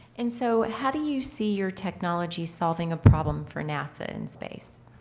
and so, how do you see your technology solving a problem for nasa in space?